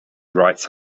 writes